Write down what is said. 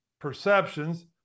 perceptions